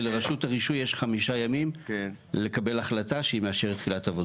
ולרשות הרישוי יש חמישה ימים לקבל החלטה שהיא מאשרת תחילת עבודות.